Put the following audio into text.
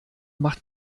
macht